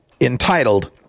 entitled